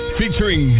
featuring